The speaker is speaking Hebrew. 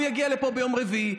הוא יגיע לפה ביום רביעי,